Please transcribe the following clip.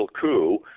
coup